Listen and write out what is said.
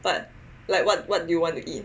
but like what what do you want to eat